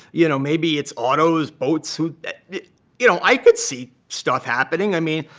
you know maybe it's autos, boats you know, i could see stuff happening. i mean,